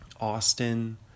Austin